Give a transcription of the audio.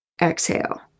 exhale